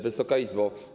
Wysoka Izbo!